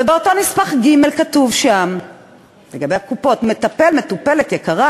ובאותו נספח ג' כתוב לגבי הקופות: מטופל/מטופלת יקרה,